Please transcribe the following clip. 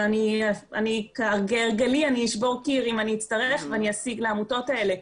אבל כהרגלי אני אשבור קיר אם אני אצטרך ואני אשיג לעמותות האלה.